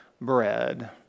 bread